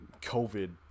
covid